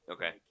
Okay